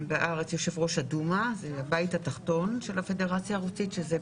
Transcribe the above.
יושב-ראש הבית התחתון של הפדרציה הרוסית מגיע לביקור בארץ,